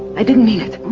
i didn't mean it.